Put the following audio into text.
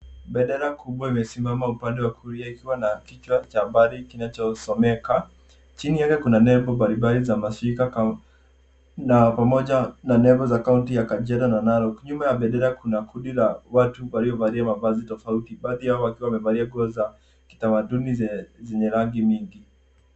Bendera kubwa imesimama upande wa kulia ikiwa na kichwa cha habari kinachosomeka. Chini yake kuna nembo mbalimbali za mashirika kauli na pamoja na nembo za kaunti ya Kajiado na Narok. Nyuma ya bendera kundi la watu waliovalia mavazi tofauti baadhi ya wao wakiwa wamevalia nguo za kitamaduni zenye rangi mingi.